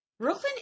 Brooklyn